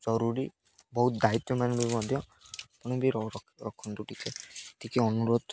ଜରୁରୀ ବହୁତ ଦାୟିତ୍ୱ ମାନ ବି ମଧ୍ୟ ଆପଣ ବି ରଖନ୍ତୁ ଟିକେ ଟିକେ ଅନୁରୋଧ